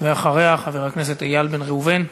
ואחריה, חבר הכנסת איל בן ראובן.